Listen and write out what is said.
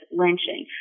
lynching